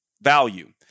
value